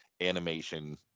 animation